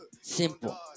simple